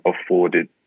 afforded